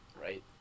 right